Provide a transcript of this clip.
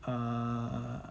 err